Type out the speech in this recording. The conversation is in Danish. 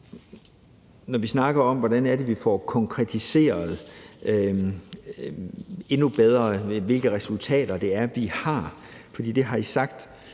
når vi snakker om, hvordan vi endnu bedre får konkretiseret, hvilke resultater det er, vi har